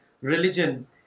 religion